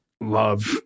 love